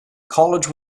college